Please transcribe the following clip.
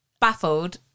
baffled